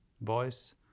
boys